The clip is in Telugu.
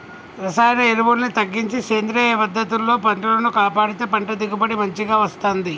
రసాయన ఎరువుల్ని తగ్గించి సేంద్రియ పద్ధతుల్లో పంటను కాపాడితే పంట దిగుబడి మంచిగ వస్తంది